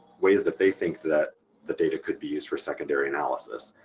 ways that they think that the data could be used for secondary analysis.